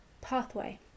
pathway